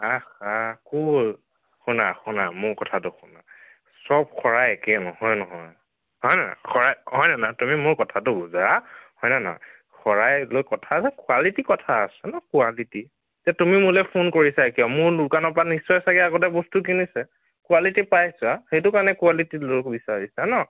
আহ হা ক'ৰ শুনা শুনা মোৰ কথাটো শুনা চব শৰাই একে নহয় নহয় হয় নহয় শৰাই হয় নহয় তুমি মোৰ কথাটো বুজা হয়নে নহয় শৰাই লৈ কথা আছে কোৱালিটী কথা আছে ন কোৱালিটী তুমি মোলৈ ফোন কৰিছা কিয় মোৰ দোকানৰপৰা নিশ্চয় চাগৈ আগতে বস্তু কিনিছা কোৱালিটী পাইছা সেইটো কাৰণে কোৱালিটী বিচাৰিছা ন